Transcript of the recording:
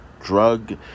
drug